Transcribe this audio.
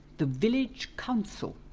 the village council.